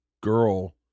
girl